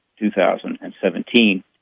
2017